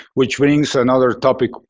which brings another topic